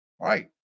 right